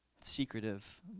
secretive